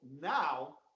now